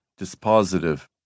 dispositive